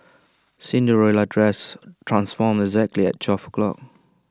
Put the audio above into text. Cinderella's dress transformed exactly at twelve o' clock